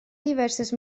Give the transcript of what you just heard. diverses